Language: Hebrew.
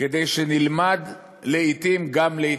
כדי שנלמד לעתים גם להתאפק.